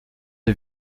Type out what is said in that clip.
les